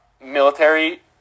military